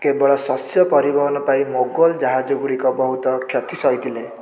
କେବଳ ଶସ୍ୟ ପରିବହନ ପାଇଁ ମୋଗଲ ଜାହାଜ ଗୁଡ଼ିକ ବହୁତ କ୍ଷତି ସହିଥିଲେ